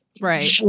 Right